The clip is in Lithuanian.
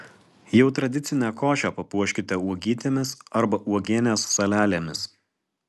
jau tradicinę košę papuoškite uogytėmis arba uogienės salelėmis